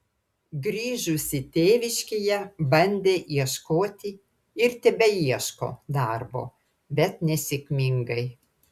grįžusi tėviškėje bandė ieškoti ir tebeieško darbo bet nesėkmingai